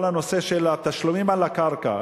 כל הנושא של התשלומים על הקרקע,